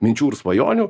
minčių ir svajonių